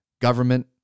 government